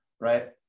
right